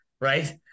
right